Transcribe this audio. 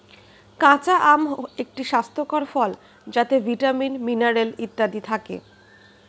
কাঁচা আম একটি স্বাস্থ্যকর ফল যাতে ভিটামিন, মিনারেল ইত্যাদি থাকে